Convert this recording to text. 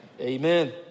Amen